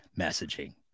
messaging